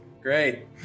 Great